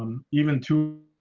um even to